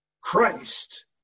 Christ